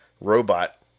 robot